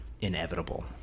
inevitable